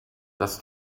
das